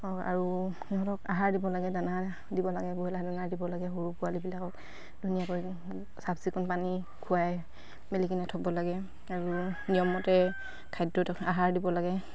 আৰু ইহঁতক আহাৰ দিব লাগে দানা দিব লাগে ব্ৰইলাৰ দানা দিব লাগে সৰু পোৱালিবিলাকক ধুনীয়াকৈ চাফ চিকুণ পানী খোৱাই মেলি কিনে থ'ব লাগে আৰু নিয়মমতে খাদ্যত আহাৰ দিব লাগে